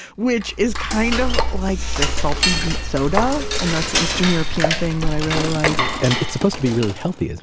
which is kind of like. this salty beet soda. and that's an eastern european thing that i really like and it's supposed to be really healthy, isn't